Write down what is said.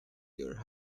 your